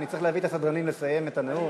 אני צריך להביא את הסדרנים לסיים את הנאום?